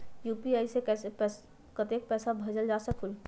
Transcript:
UPI से पैसा कतेक समय मे भेजल जा स्कूल?